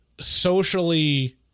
socially